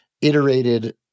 iterated